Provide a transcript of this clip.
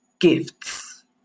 gifts